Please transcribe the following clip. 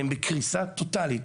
נמצאות בקריסה טוטאלית.